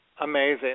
Amazing